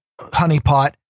honeypot